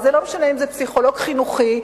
ולא משנה אם זה פסיכולוג חינוכי,